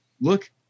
look